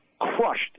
crushed